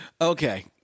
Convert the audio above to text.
Okay